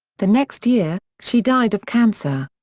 the next year, she died of cancer.